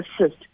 assist